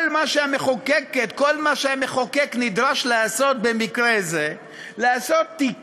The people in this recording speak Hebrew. כל מה שהמחוקק נדרש לעשות במקרה הזה זה תיקון,